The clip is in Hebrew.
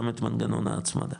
גם את מנגנון ההצמדה